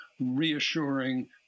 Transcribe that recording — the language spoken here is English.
reassuring